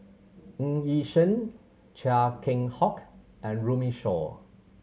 Ng Yi Sheng Chia Keng Hock and Runme Shaw